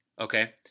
Okay